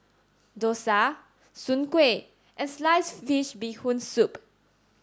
Dosa Soon Kuih and Sliced Fish Bee Hoon Soup